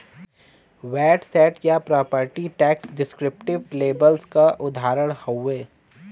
VAT set या property tax descriptive labels क उदाहरण हउवे